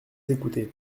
écouté